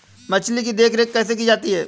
मछली की देखरेख कैसे की जाती है?